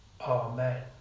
Amen